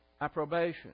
approbation